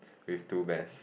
with two bears